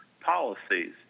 policies